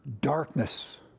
darkness